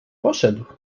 poszedł